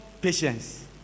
patience